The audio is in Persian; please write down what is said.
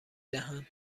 دهند